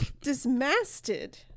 dismasted